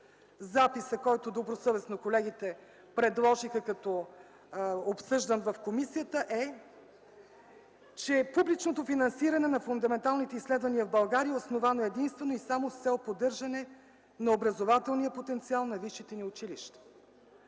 Записът, който добросъвестно колегите предложиха като обсъждан в комисията е, че публичното финансиране на фундаменталните изследвания в България е основан единствено и само с цел поддържане на образователния потенциал на висшите ни училища.